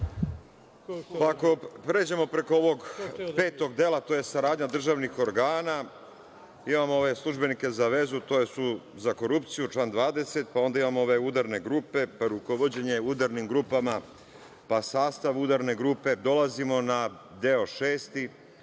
Ako pređemo preko ovog petog dela, a to je saradnja državnih organa, imamo ove službenike za vezu, to je za korupciju, član 20, pa onda imamo ove udarne grupe, pa rukovođenje udarnim grupama, pa sastav udarne grupe, dolazimo na deo šesti